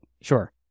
Sure